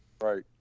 Right